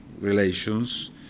relations